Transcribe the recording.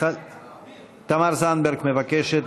תמר זנדברג מבקשת.